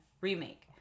remake